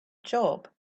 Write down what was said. job